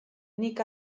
nik